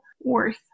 worth